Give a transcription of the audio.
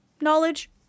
knowledge